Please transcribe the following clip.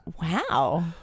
Wow